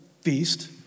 feast